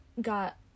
got